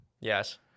Yes